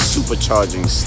Supercharging